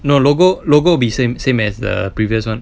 no logo logo be same same as the previous [one]